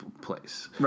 place